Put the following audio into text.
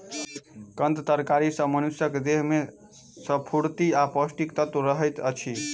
कंद तरकारी सॅ मनुषक देह में स्फूर्ति आ पौष्टिक तत्व रहैत अछि